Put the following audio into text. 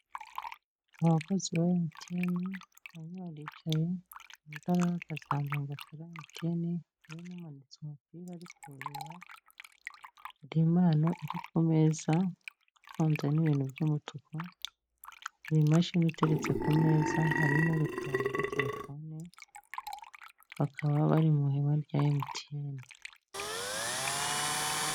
Abakozi ba mtn bamwe baricaye undi nawe kureba muri telecine hari numanitse umupira arimo kureba hari impano iri ku meza ifunze n'ibintu by'umutuku n’imashini iteretse ku meza hari n'uri kuri telefone bakaba bari mw’ihema rya mtn.